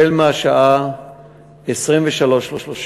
החל מהשעה 23:30,